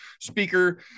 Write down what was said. speaker